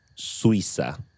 Suiza